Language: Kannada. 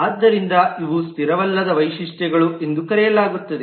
ಆದ್ದರಿಂದ ಇವು ಸ್ಥಿರವಲ್ಲದ ವೈಶಿಷ್ಟ್ಯಗಳು ಎಂದು ಕರೆಯಲಾಗುತ್ತದೆ